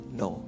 no